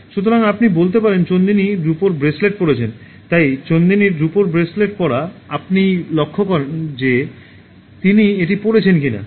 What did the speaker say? সুতরাং আপনি বলতে পারেন চন্দিনী রূপোর ব্রেসলেট পরেছেন তাই চন্দিনীর রূপোর ব্রেসলেট পরা আপনি লক্ষ্য করেন যে তিনি এটি পরেছেন কি না